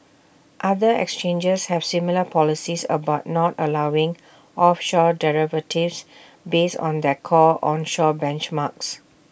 other exchanges have similar policies about not allowing offshore derivatives based on their core onshore benchmarks